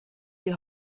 die